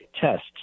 tests